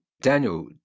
Daniel